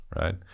right